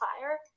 Fire